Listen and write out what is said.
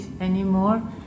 anymore